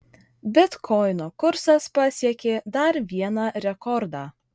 bitkoino kursas pasiekė dar vieną rekordą